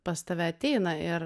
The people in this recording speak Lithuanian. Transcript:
pas tave ateina ir